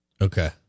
Okay